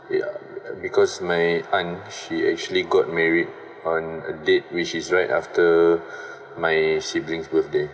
ya because my aunt she actually got married on a date which is right after my sibling's birthday